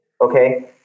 Okay